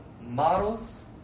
models